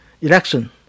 Election